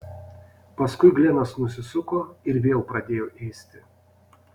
paskui glenas nusisuko ir vėl pradėjo ėsti